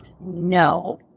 No